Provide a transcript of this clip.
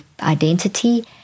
identity